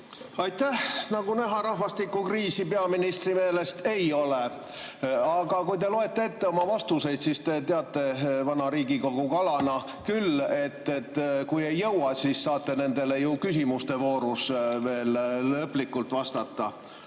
Aitäh! Nagu näha, rahvastikukriisi peaministri meelest ei ole. Aga kui te loete ette oma vastuseid, siis te teate vana Riigikogu kalana küll, et kui ei jõua [kõikidele küsimustele vastata], siis saate nendele ju küsimuste voorus veel lõplikult vastata.